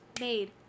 made